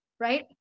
right